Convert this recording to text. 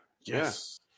yes